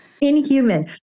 Inhuman